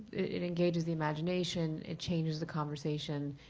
it engages the imagination. it changes the conversation.